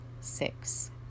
six